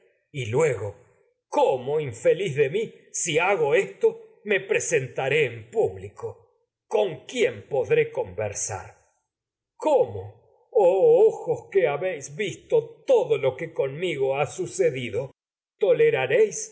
y luego cómo infeliz de mi si hago esto me presentaré en público con quién podré conversar cómo oh ojos que visto todo habéis lo que conmigo ha sucedido toleraréis